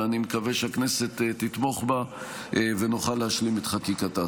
ואני מקווה שהכנסת תתמוך בה ונוכל להשלים את חקיקתה.